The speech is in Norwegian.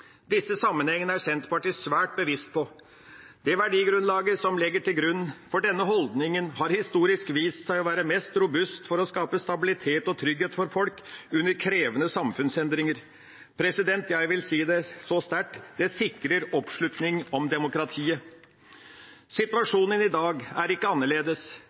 Disse sammenhengene er Senterpartiet svært bevisst på. Det verdigrunnlaget som ligger til grunn for denne holdningen, har historisk vist seg å være mest robust for å skape stabilitet og trygghet for folk under krevende samfunnsendringer. Ja, jeg vil si det så sterkt: Det sikrer oppslutning om demokratiet. Situasjonen i dag er ikke annerledes.